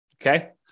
Okay